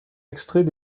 extraits